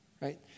right